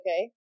okay